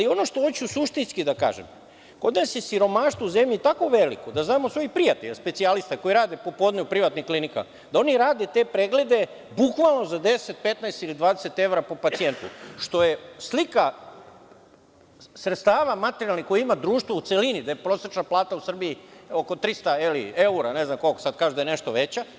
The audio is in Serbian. Ono što hoću suštinski da kažem, kod nas je u zemlji siromašno tako veliko, ja znam od svojih prijatelja, specijalista koji rade popodne u privatnim klinikama, da oni rade te preglede bukvalno za 10, 15 ili 20 evra po pacijentu što je slika sredstava materijalna društva u celini, gde prosečna plata u Srbiji oko 300 evra, a sada kažu da je nešto veća,